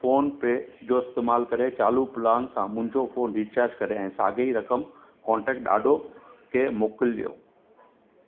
phone पे जो इस्तेमालु करे चालू प्लान सां मुंहिंजो फोन रीचार्ज करि ऐं साॻी ई रक़म कोन्टेक्ट ॾाॾो खे मोकिलियो